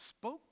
spoke